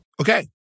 Okay